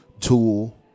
tool